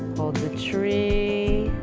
hold the tree